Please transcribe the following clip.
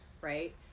Right